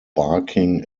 barking